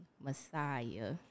Messiah